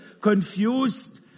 confused